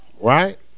right